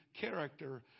character